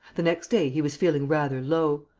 the next day he was feeling rather low.